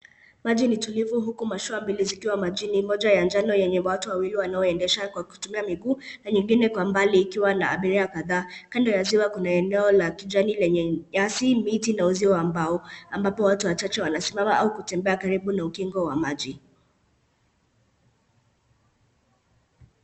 Maji ni tulivu huku mashua mbilil zikiwa majini moja ya manjano enye watu wawili wanaoendesha kutumia miguu na nyingine kwa mbali ikiwa na abiria kadhaa. Kaando ya ziwa kuna eneo la kijani enye nyasi, miti na uzio wa mbao ambapo watu wachache wanasimama au kutembea karibu na ukingo wa maji.